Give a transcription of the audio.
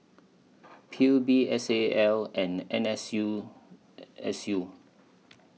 P U B S A L and N S U S U